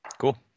Cool